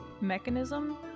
mechanism